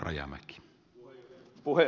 arvoisa puhemies